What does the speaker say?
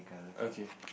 okay